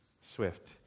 swift